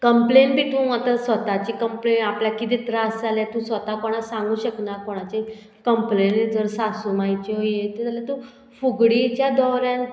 complain बी तूं आतां स्वताची कंप्लेन आपल्याक कितें त्रास जाल्यार तूं स्वता कोणाक सांगूंक शकना कोणाचे कंप्लेन जर सासू मायच्यो येता जाल्यार तूं फुगडीच्या दोऱ्यान